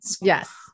Yes